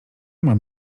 mam